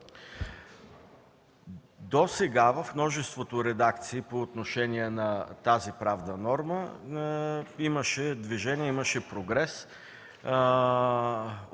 Досега в множеството редакции по отношение на тази правна норма имаше движение, имаше прогрес